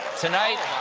tonight,